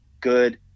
good